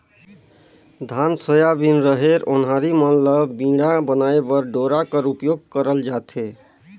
धान, सोयाबीन, रहेर, ओन्हारी मन ल बीड़ा बनाए बर डोरा कर उपियोग करल जाथे